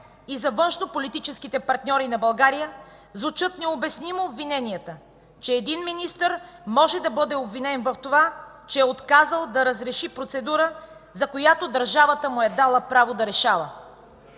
и за външнополитическите партньори на България звучат необяснимо обвиненията, че един министър може да бъде обвинен в това, че е отказал да разреши процедура, за която държавата му е дала право да решава.